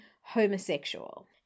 homosexual